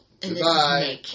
Goodbye